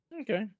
Okay